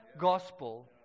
gospel